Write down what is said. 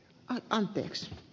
anteeksi